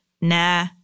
nah